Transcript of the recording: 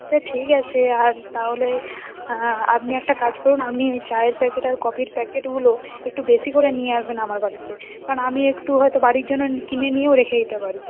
সে ঠিক আছে আর তাহলে আপনি একটা কাজ করুন আপনি ওই চায়ের প্যাকেট আর কফির প্যাকেটগুলো একটু বেশি করে নিয়ে আসবেন আমার বাড়িতে কারণ আমি একটু হয়তো বাড়ির জন্য কিনে নিয়েও রেখে দিতে পারি